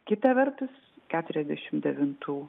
kita vertus keturiasdešimt devintų